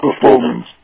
performance